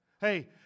Hey